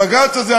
הבג"ץ הזה,